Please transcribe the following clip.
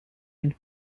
une